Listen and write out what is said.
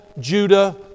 Judah